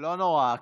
לא נורא.